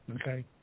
okay